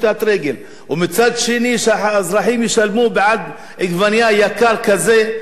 ומצד שני שהאזרחים ישלמו מחיר יקר בעבור העגבנייה,